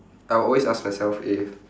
I will always ask myself if